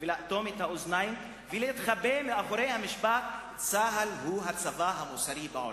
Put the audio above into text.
לאטום את האוזניים ולהתחבא מאחורי המשפט "צה"ל הוא הצבא המוסרי בעולם".